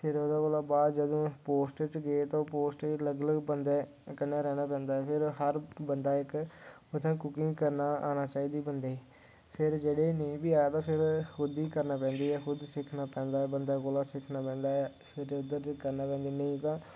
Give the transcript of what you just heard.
फिर ओह्दे कोला बाद जदूं पोस्ट च गे ते ओह् पोस्ट च अलग अलग बंदे कन्नै रैह्ना पेंदा ऐ फिर हर बंदा इक उ'त्थें कुकिंग करना आना चाहिदी बंदे ई फिर जेह्ड़े नेईं बी हे ते खुद करना पेंदी ऐ खुद सिक्खना पेंदा ऐ ते बंदे कोला सिक्खना पेंदा फिर उद्धर करना पेई जंदी नेईं तां